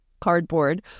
cardboard